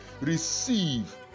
receive